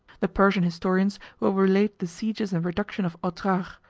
the persian historians will relate the sieges and reduction of otrar,